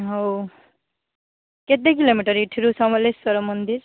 ହଉ କେତେ କିଲୋମିଟର୍ ଏଠୁ ସମଲେଶ୍ୱର ମନ୍ଦିର